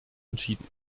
entschieden